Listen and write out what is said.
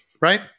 right